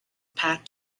pat